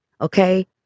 Okay